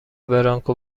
برانکو